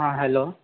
हँ हेलो